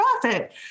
profit